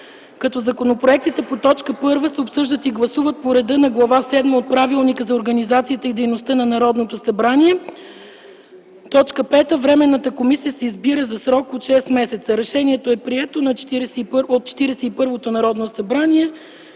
като законопроектите по т. 1 се обсъждат и гласуват по реда на Глава VІІ от Правилника за организацията и дейността на Народното събрание. 5. Временната комисия се избира за срок от 6 месеца. Решението е прието от Четиридесет